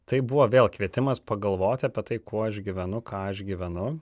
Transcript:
tai buvo vėl kvietimas pagalvoti apie tai kuo aš gyvenu ką aš gyvenu